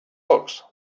books